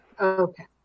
Okay